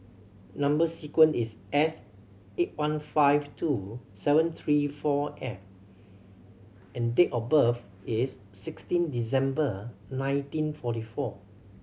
number sequence is S eight one five two seven three four F and date of birth is sixteen December nineteen forty four